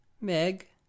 Meg